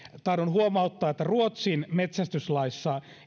tahdon huomauttaa että ruotsin metsästyslaissa